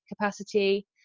capacity